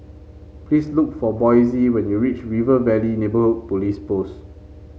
please look for Boysie when you reach River Valley Neighbourhood Police Post